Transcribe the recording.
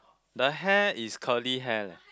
the hair is curly hair leh